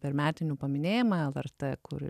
per metinių paminėjimą lrt kur